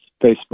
Facebook